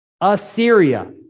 Assyria